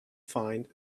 find